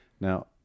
Now